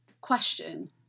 question